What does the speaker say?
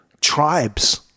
tribes